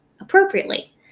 appropriately